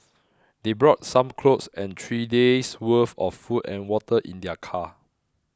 they brought some clothes and three days worth of food and water in their car